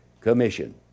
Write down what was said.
commission